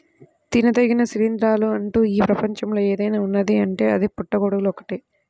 తినదగిన శిలీంద్రం అంటూ ఈ ప్రపంచంలో ఏదైనా ఉన్నదీ అంటే అది పుట్టగొడుగులు ఒక్కటే